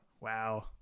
wow